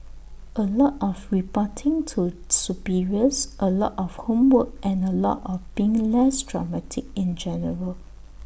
A lot of reporting to superiors A lot of homework and A lot of being less dramatic in general